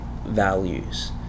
Values